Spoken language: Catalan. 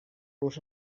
los